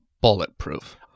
bulletproof